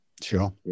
Sure